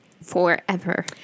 forever